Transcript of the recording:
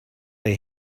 der